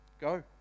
go